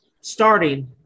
starting